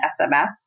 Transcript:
SMS